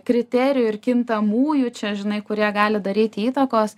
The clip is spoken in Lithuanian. kriterijų ir kintamųjų čia žinai kurie gali daryti įtakos